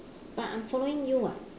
but I'm following you [what]